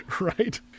Right